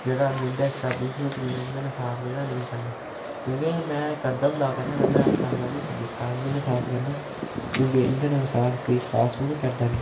जेह्ड़ा लुण्डै शराबी शरुबिये इं'दे कन्नै साथ जेह्ड़ा नेईं करना क्योंकि में करदा होंदा हा पैह्ले पैह्ले अज्जकल में बी छड्डी दित्ता दा इं'दे कन्नै साथ करना क्योंकि इंदे कन्नै में साथ कोई खास हून करदा नि